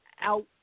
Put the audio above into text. out –